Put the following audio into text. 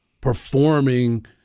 performing